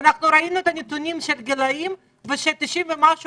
ראינו את הנתונים של הגילים וש-90% ומשהו